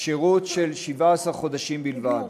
שירות של 17 חודשים בלבד.